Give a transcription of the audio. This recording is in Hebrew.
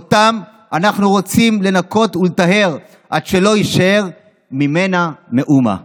שאותה אנחנו רוצים לנקות ולטהר עד שלא יישאר ממנה מאומה.